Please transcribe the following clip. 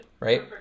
right